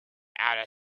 outer